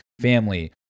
family